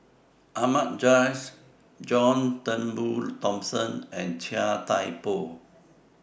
Ahmad Jais John Turnbull Thomson and Chia Thye Poh